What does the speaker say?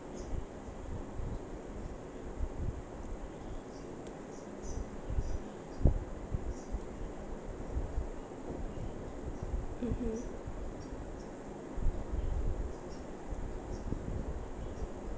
mmhmm